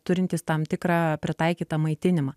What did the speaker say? turintys tam tikrą pritaikytą maitinimą